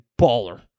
baller